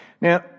Now